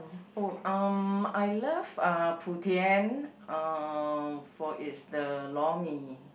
oh um I love uh Putien uh for its the lor-mee